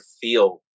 feel